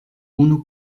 unu